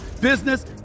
business